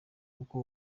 yuko